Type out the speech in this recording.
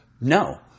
No